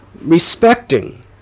respecting